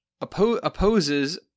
opposes